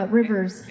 rivers